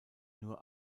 nur